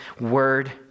word